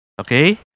Okay